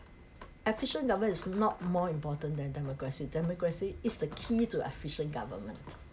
efficient government is not more important than democracy democracy is the key to efficient government